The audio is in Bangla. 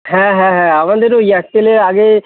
হ্যাঁ হ্যাঁ হ্যাঁ আমাদেরও এয়ারটেলে আগে